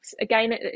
again